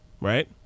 right